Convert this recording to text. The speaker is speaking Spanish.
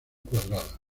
cuadrada